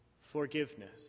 Forgiveness